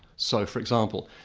so for example,